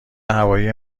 هوایی